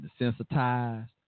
desensitized